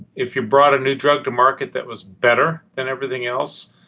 if you brought a new drug to market that was better than everything else,